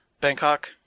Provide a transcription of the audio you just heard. Bangkok